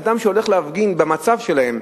אדם שהולך להפגין במצב שלהם,